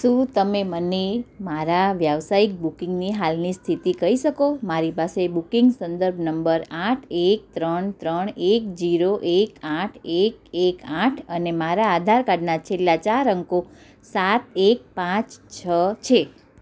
શું તમે મને મારા વ્યાવસાયિક બુકિંગની હાલની સ્થિતિ કહી શકો મારી પાસે બુકિંગ સંદર્ભ નંબર આઠ એક ત્રણ ત્રણ એક જીરો એક આઠ એક એક આઠ અને મારા આધાર કાર્ડના છેલ્લા ચાર અંકો સાત એક પાંચ છ છે